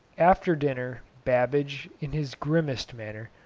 after dinner babbage, in his grimmest manner,